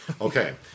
Okay